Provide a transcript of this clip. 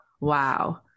wow